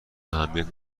اهمیت